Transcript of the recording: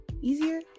easier